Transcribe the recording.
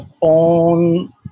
on